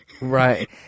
Right